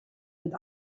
with